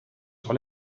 sur